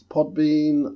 Podbean